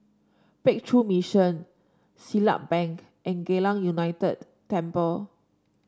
Breakthrough Mission Siglap Bank and Geylang United Temple